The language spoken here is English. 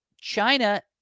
China